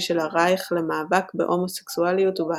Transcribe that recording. של הרייך למאבק בהומוסקסואליות ובהפלות.